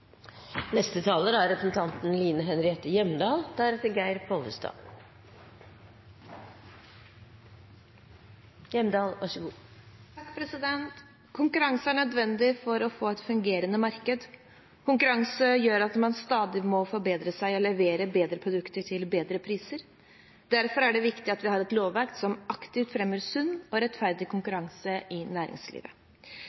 Konkurranse er nødvendig for å få et fungerende marked. Konkurranse gjør at man stadig må forbedre seg og levere bedre produkter til bedre priser. Derfor er det viktig at vi har et lovverk som aktivt fremmer sunn og rettferdig